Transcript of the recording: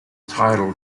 title